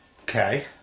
Okay